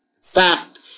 Fact